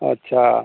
अच्छा